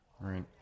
right